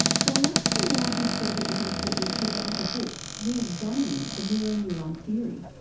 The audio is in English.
so i asked him why he felt it was important to write a book re-examining the mirror neuron theory.